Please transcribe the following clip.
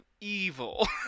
evil